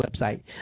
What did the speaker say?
website